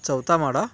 चौथा माळा